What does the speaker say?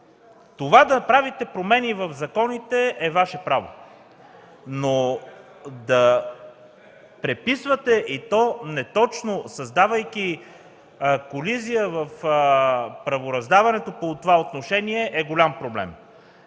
това да правите промени в законите е Ваше право, но да преписвате, и то неточно, създавайки колизия в правораздаването по това отношение, е голям проблем.